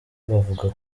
bavuga